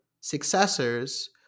successors